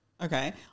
Okay